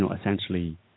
essentially